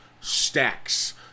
stacks